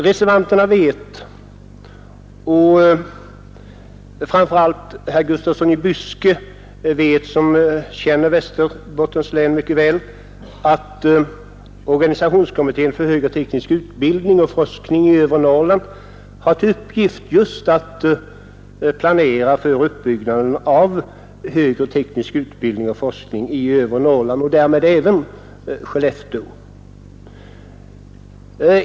Reservanterna och framför allt herr Gustafsson i Byske, som känner Västerbottens län mycket väl, vet att organisationskommittén för högre teknisk utbildning och forskning i övre Norrland har till uppgift att just planera för sådan utbyggnad i övre Norrland och därmed även i Skellefteå.